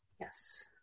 Yes